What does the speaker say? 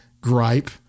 gripe